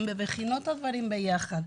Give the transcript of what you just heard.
גם בבחינות ועוד דברים ביחד.